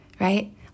right